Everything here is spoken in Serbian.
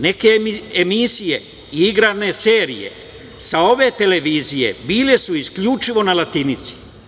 Neke emisije i igrane serije sa ove televizije bile su isključivo na latinici.